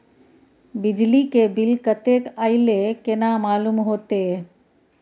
बिजली के बिल कतेक अयले केना मालूम होते?